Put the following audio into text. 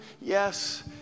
Yes